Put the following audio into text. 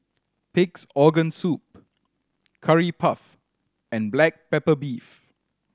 Pig's Organ Soup Curry Puff and black pepper beef